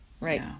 Right